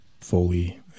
fully